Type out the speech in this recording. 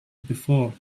before